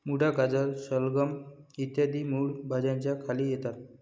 मुळा, गाजर, शलगम इ मूळ भाज्यांच्या खाली येतात